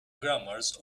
grammars